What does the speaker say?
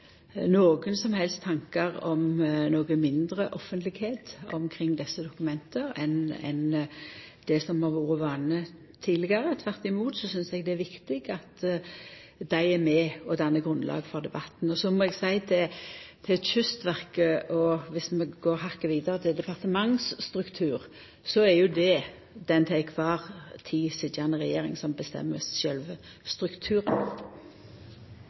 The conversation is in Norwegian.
nokon som helst tanke om mindre offentlegheit omkring desse dokumenta enn det som har vore vanen tidlegare. Tvert imot synest eg det er viktig at dei er med og dannar grunnlag for debatten. Når det gjeld Kystverket, og dersom vi går hakket vidare til departementsstrukturen, så er det den sitjande regjeringa som bestemmer